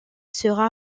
sera